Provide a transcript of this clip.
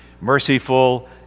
merciful